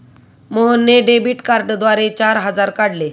मोहनने डेबिट कार्डद्वारे चार हजार काढले